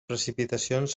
precipitacions